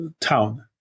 town